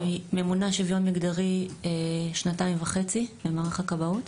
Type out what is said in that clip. אני ממונה שוויון מגדרי שנתיים וחצי במערך הכבאות.